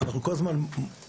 אנחנו כל הזמן מודדים